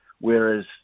whereas